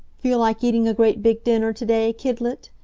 feel like eating a great big dinner to-day, kidlet?